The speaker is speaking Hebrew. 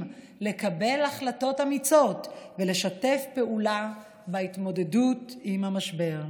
לקבל החלטות אמיצות ולשתף פעולה בהתמודדות עם המשבר.